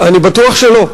אני בטוח שלא.